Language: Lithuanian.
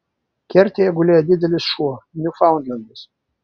kertėje gulėjo didelis šuo niufaundlendas